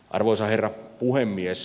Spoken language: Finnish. arvoisa herra puhemies